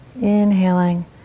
inhaling